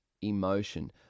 emotion